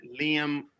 Liam